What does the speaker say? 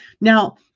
Now